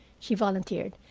she volunteered.